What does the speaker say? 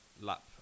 lap